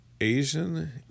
Asian